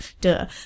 duh